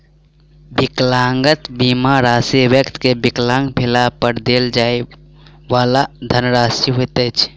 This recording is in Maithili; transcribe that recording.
विकलांगता बीमा राशि व्यक्ति के विकलांग भेला पर देल जाइ वाला धनराशि होइत अछि